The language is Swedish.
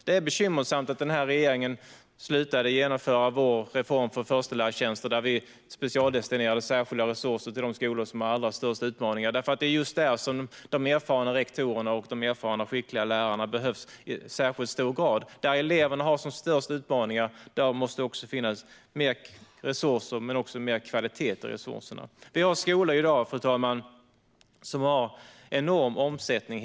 Det är bekymmersamt att den här regeringen slutade genomföra vår reform för förstelärartjänster, där vi specialdestinerade särskilda resurser till de skolor som har allra störst utmaningar. Det är nämligen just där de erfarna rektorerna och de erfarna och skickliga lärarna behövs i särskilt hög grad. Där eleverna har som störst utmaningar måste det finnas mer resurser men också mer kvalitet i resurserna. Vi har i dag en skola, fru talman, som hela tiden har en enorm omsättning.